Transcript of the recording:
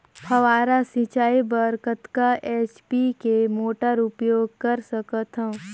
फव्वारा सिंचाई बर कतका एच.पी के मोटर उपयोग कर सकथव?